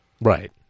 Right